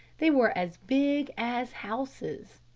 they were as big as houses.